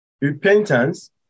repentance